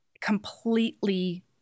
completely